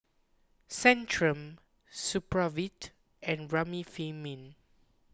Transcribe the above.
Centrum Supravit and Remifemin